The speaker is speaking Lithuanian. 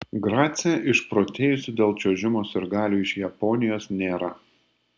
grace išprotėjusių dėl čiuožimo sirgalių iš japonijos nėra